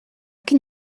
can